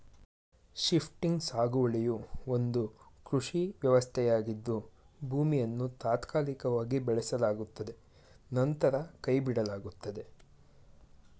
shifting ಸಾಗುವಳಿಯು ಒಂದು ಕೃಷಿ ವ್ಯವಸ್ಥೆಯಾಗಿದ್ದು ಭೂಮಿಯನ್ನು ತಾತ್ಕಾಲಿಕವಾಗಿ ಬೆಳೆಸಲಾಗುತ್ತದೆ ನಂತರ ಕೈಬಿಡಲಾಗುತ್ತದೆ